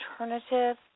alternative